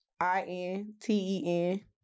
I-N-T-E-N